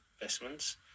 investments